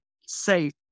safe